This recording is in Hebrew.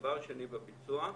דבר שני, בביצוע.